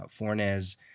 Fornes